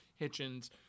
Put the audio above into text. Hitchens